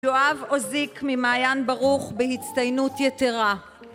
יואב עוזיק ממעיין ברוך בהצטיינות יתרה